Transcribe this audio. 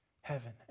heaven